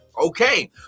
Okay